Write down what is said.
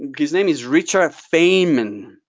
his name is richard feynman.